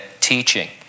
teaching